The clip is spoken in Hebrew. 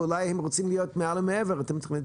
ואולי הם רוצים להיות מעל ומעבר ואתם יכולים להרגיע קצת.